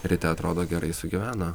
ryte atrodo gerai sugyvena